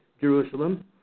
Jerusalem